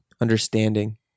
Understanding